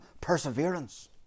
perseverance